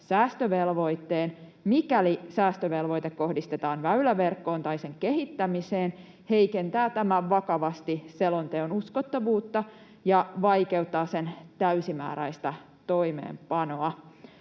säästövelvoitteen. Mikäli säästövelvoite kohdistetaan väyläverkkoon tai sen kehittämiseen, heikentää tämä vakavasti selonteon uskottavuutta ja vaikeuttaa sen täysimääräistä toimeenpanoa.